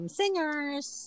singers